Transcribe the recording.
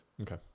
Okay